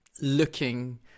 looking